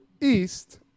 East